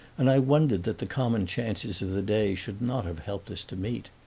and i wondered that the common chances of the day should not have helped us to meet.